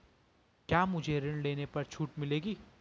क्या मुझे ऋण लेने पर छूट मिलेगी?